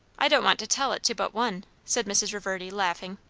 i don't want to tell it to but one, said mrs. reverdy, laughing.